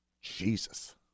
Jesus